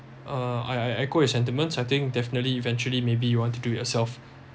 uh I I I called it sentiments I think definitely eventually maybe you want to do it yourself